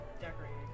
Decorating